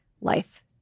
life